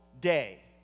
day